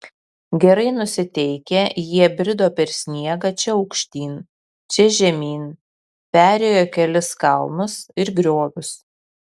gerai nusiteikę jie brido per sniegą čia aukštyn čia žemyn perėjo kelis kalnus ir griovius